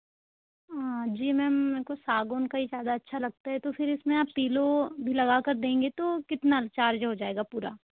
जी ma'am मेरे को सागौन का ही ज़्यादा अच्छा लगता है तो फिर इसमें आप पिल्लो लगा कर देंगे तो कितना चार्ज हो जाएगा पूरा